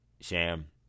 Sham